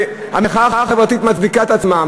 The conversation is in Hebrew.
המחאה החברתית מצדיקה את עצמה,